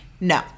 No